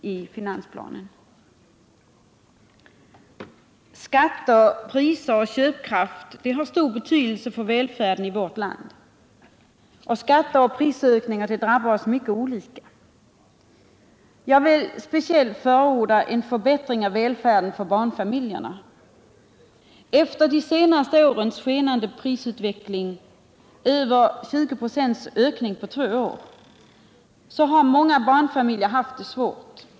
Skatter, priser och köpkraft har stor betydelse för välfärden i vårt land, och skatter och prisökningar drabbar oss mycket olika. Jag vill speciellt förorda en förbättring av välfärden för barnfamiljerna. Efter de senaste årens skenande prisutveckling — över 20 procents ökning på två år — har många barnfamiljer haft det svårt.